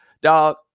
Dog